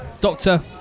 Doctor